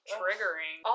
triggering